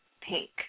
pink